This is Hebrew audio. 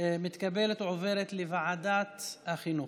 מתקבלת ועוברת לוועדת החינוך.